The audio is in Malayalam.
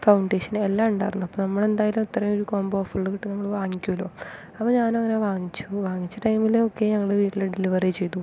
ഫൗണ്ടേഷൻ എല്ലാം ഉണ്ടായിരുന്നു അപ്പോൾ നമ്മൾ എന്തായാലും ഇത്രയും ഒരു കോംബോ ഓഫറിൽ കിട്ടുമ്പോൾ വാങ്ങിക്കുമല്ലോ അപ്പം ഞാനങ്ങനെ വാങ്ങിച്ചു വാങ്ങിച്ച ടൈമിൽ ഓക്കേ ഞങ്ങളുടെ വീട്ടിൽ ഡെലിവറി ചെയ്തു